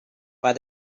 but